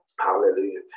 Hallelujah